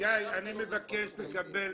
גיא, אני מבקש לקבל,